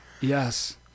Yes